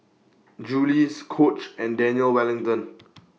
Julie's Coach and Daniel Wellington